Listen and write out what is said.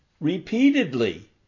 Repeatedly